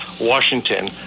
Washington